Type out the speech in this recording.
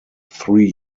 three